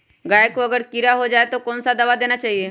गाय को अगर कीड़ा हो जाय तो कौन सा दवा देना चाहिए?